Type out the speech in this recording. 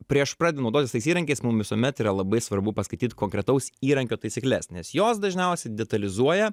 prieš pradedant naudotis tais įrankiais mum visuomet yra labai svarbu paskaityt konkretaus įrankio taisykles nes jos dažniausiai detalizuoja